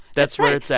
that's where it's at